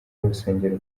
rusengero